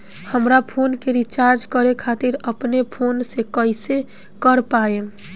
हमार फोन के रीचार्ज करे खातिर अपने फोन से कैसे कर पाएम?